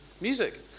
music